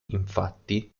infatti